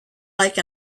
like